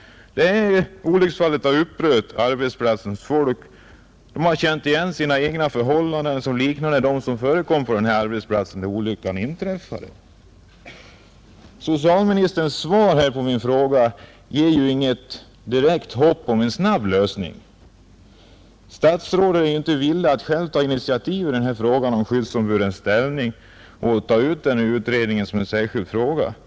Det här olycksfallet har upprört arbetsplatsens folk. De har känt igen sina egna förhållanden såsom liknande dem som förekom på den plats där olyckan inträffade. Socialministerns svar på min fråga ger inget direkt hopp om en snabb lösning. Statsrådet är inte villig att själv ta initiativ i frågan om skyddsombudens ställning och ta ut den ur utredningen för särskild behandling.